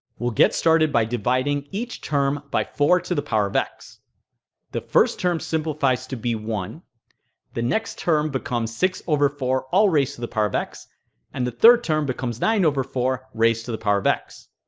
we'll get started by dividing each term by four to the power of x the first term simplifies to be one the next term becomes six over four all raised to the power of x and the third term becomes nine over four raised to the power of x